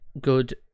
good